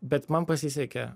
bet man pasisekė